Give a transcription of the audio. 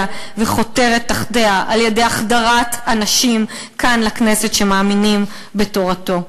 וחותרת תחתיה על-ידי החדרת אנשים כאן לכנסת שמאמינים בתורתו.